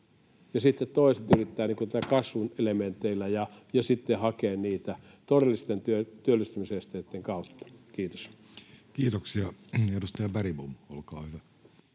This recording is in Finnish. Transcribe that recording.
toiset yrittävät tätä kasvun elementeillä ja hakea niitä todellisten työllistymisen esteitten kautta. — Kiitos. Kiitoksia. — Edustaja Bergbom, olkaa hyvä.